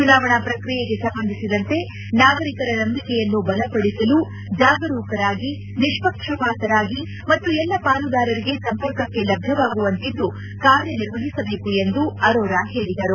ಚುನಾವಣಾ ಪ್ರಕ್ರಿಯೆಗೆ ಸಂಬಂಧಿಸಿದಂತೆ ನಾಗರಿಕರ ನಂಬಿಕೆಯನ್ನು ಬಲಪಡಿಸಲು ಜಾಗರೂಕರಾಗಿ ನಿಷ್ಷಕ್ಷಪಾತರಾಗಿ ಮತ್ತು ಎಲ್ಲ ಪಾಲುದಾರರಿಗೆ ಸಂಪರ್ಕಕ್ಕೆ ಲಭ್ಧವಾಗುವಂತಿದ್ದು ಕಲಾರ್ಯನಿರ್ವಹಿಸಬೇಕು ಎಂದು ಆರೋರಾ ಹೇಳಿದರು